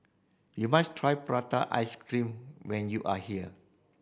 you must try prata ice cream when you are here